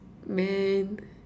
man